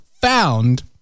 found